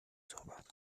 صحبت